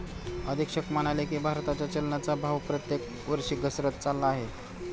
अधीक्षक म्हणाले की, भारताच्या चलनाचा भाव प्रत्येक वर्षी घसरत चालला आहे